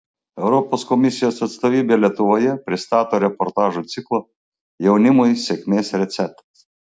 europos komisijos atstovybė lietuvoje pristato reportažų ciklą jaunimui sėkmės receptas